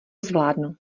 zvládnu